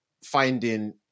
finding